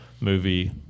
movie